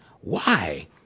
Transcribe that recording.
Why